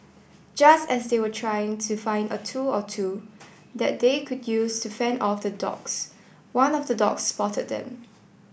just as they were trying to find a tool or two that they could use to fend off the dogs one of the dogs spotted them